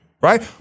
right